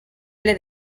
ple